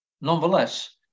Nonetheless